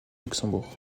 luxembourg